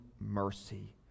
mercy